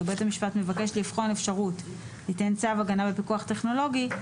ובית המשפט מבקש לבחון אפשרות ליתן צו הגנה בפיקוח טכנולוגי,